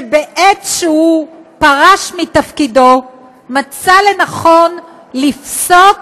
שבעת שהוא פרש מתפקידו מצא לנכון לפסוק